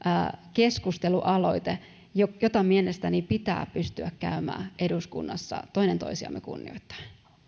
keskustelualoite jota mielestäni pitää pystyä käymään eduskunnassa toinen toisiamme kunnioittaen